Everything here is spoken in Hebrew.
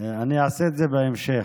אני אעשה את זה בהמשך.